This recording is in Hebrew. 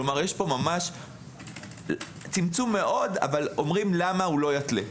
כלומר יש פה צמצום אבל למה הוא לא יתלה,